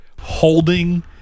holding